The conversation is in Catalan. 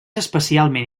especialment